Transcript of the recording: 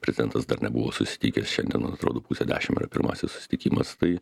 prezidentas dar nebuvo susitikęs šiandien atrodo pusę dešimt yra pirmasis susitikimas tai